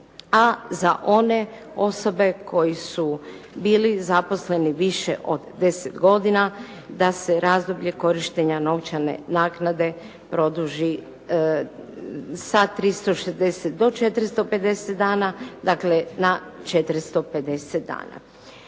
a za one osobe koji su bili zaposleni više od 10 godina da se razdoblje korištenja novčane naknade produži sa 360 do 450 dana, dakle, na 450 dana.